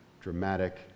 dramatic